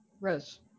Rose